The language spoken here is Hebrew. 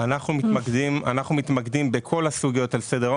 אנחנו מתמקדים בכל הסוגיות על סדר היום